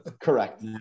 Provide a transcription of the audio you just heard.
Correct